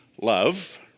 love